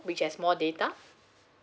which has more data